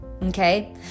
Okay